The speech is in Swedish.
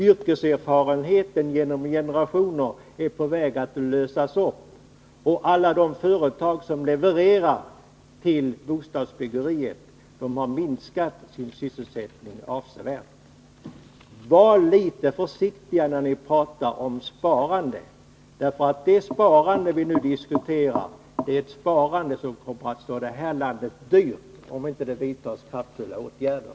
Yrkeserfarenheten genom generationer är på väg att lösas upp, och alla de företag som levererar till bostadsbyggeriet har minskat sin sysselsättning avsevärt. Varlitet försiktiga när ni pratar om sparande, därför att det sparande vi nu diskuterar är ett sparande som kommer att stå det här landet dyrt, om inte det vidtas kraftfulla åtgärder.